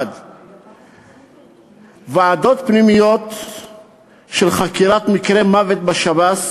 1. ועדות פנימיות של חקירת מקרי מוות בשב"ס,